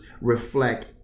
reflect